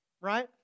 right